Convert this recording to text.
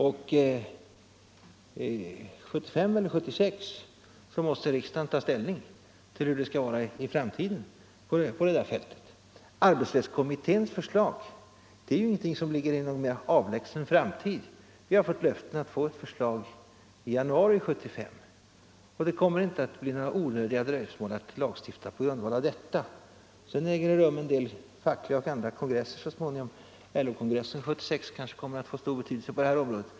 Och år 1975 eller 1976 måste riksdagen ta ställning till hur det skall vara i framtiden på det fältet. Arbetsrättskommitténs förslag är ingenting som ligger inom en avlägsen framtid. Vi har fått löfte om att få ett förslag i januari 1975, och det kommer inte att bli några onödiga dröjsmål med att lagstifta på grundval av detta. Så kommer en del fackliga och andra kongresser att äga rum så småningom. LO kongressen 1976 kanske kommer att få stor betydelse på detta område.